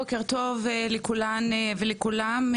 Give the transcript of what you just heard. בוקר טוב לכולן ולכולם,